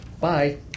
Bye